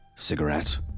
Cigarette